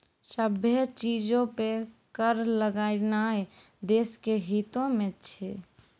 सभ्भे चीजो पे कर लगैनाय देश के हितो मे छै